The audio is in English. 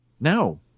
No